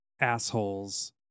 assholes